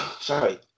Sorry